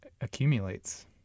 accumulates